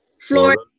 Florida